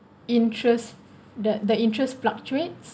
interest the the interest fluctuates